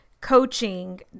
coaching